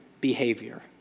behavior